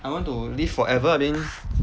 I want to live forever then